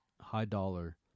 high-dollar